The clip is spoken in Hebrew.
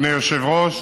אדוני היושב-ראש,